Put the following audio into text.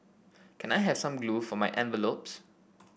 can I have some glue for my envelopes